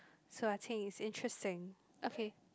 so I think is interesting okay